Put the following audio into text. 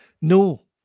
No